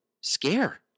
scare